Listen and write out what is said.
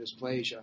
dysplasia